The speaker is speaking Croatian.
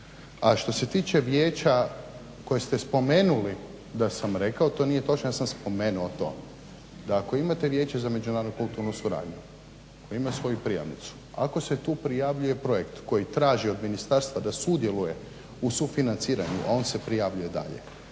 A što se tiče vijeća koje ste spomenuli da sam rekao, to nije točno. Ja sam spomenuo to da ako imate vijeće za međunarodnu kulturnu suradnju koji ima svoju prijavnicu, ako se tu prijavljuje projekt koji traži od Ministarstva da sudjeluje u sufinanciranju, a on se prijavljuje dalje.